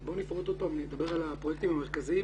אני אדבר על הפרויקטים המרכזיים.